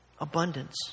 Abundance